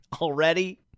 Already